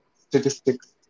Statistics